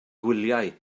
gwyliau